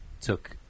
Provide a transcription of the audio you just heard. took